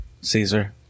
Caesar